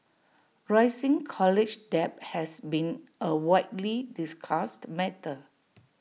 rising college debt has been A widely discussed matter